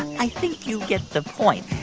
i think you get the point.